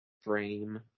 frame